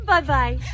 Bye-bye